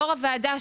יו"ר הוועדה,